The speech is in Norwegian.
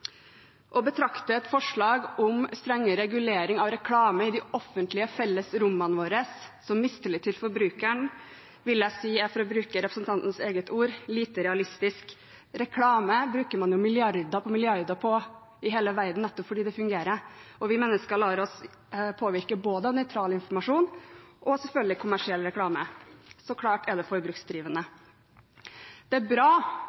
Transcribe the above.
Å betrakte et forslag om strengere regulering av reklame i de offentlige felles rommene våre som mistillit til forbrukeren, vil jeg si er – for å bruke representantens egne ord – lite realistisk. Reklame bruker man jo milliarder på milliarder på i hele verden nettopp fordi det fungerer. Og vi mennesker lar oss påvirke av både nøytral informasjon og selvfølgelig kommersiell reklame. Så klart er det forbruksdrivende. Det er bra